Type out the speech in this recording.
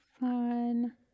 fun